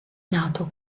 nato